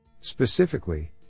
Specifically